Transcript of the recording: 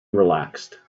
relaxed